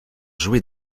jouer